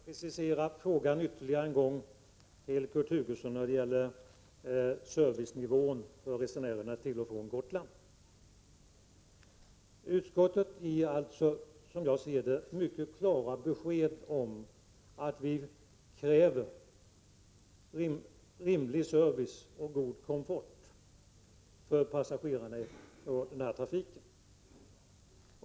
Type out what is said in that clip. Herr talman! Jag måste för Kurt Hugosson än en gång precisera frågan när det gäller servicenivån för resenärerna till och från Gotland. Utskottet ger alltså, som jag ser det, mycket klara besked om att vi kräver rimlig service och god komfort för passagerarna i den här trafiken.